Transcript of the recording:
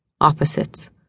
Opposites